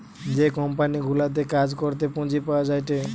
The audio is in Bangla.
যে কোম্পানি গুলাতে কাজ করাতে পুঁজি পাওয়া যায়টে